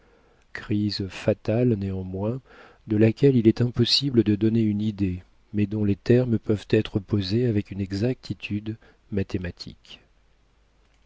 crise fatale néanmoins de laquelle il est impossible de donner une idée mais dont les termes peuvent être posés avec une exactitude mathématique